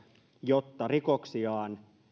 jotta rikoksiaan